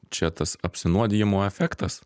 čia tas apsinuodijimo efektas